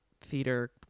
theater